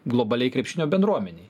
globaliai krepšinio bendruomenei